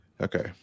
Okay